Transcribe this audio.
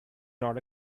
not